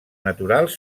naturals